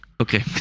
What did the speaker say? Okay